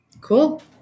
Cool